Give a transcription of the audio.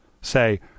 say